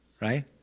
right